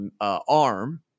arm